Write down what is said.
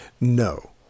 No